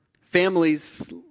families